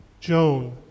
Joan